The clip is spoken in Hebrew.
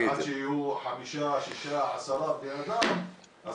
אני לא רוצה שיהיו 5-10 בני אדם נפגעים אז